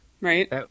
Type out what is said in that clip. Right